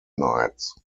nights